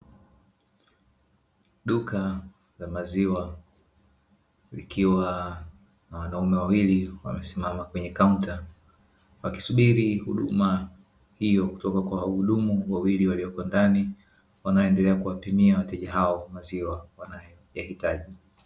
Duka la maziwa likiwa na wanaume wawili wamesimama kwenye kaunta, wakisubiri huduma hiyo kutoka kwa wahudumu wawili waliopo ndani wanaoendelea kuwapimia wateja hao maziwa wanayoyahitaji.